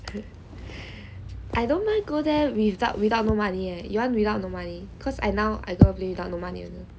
I don't mind go there without without no money leh you want without no money cause I now go without no money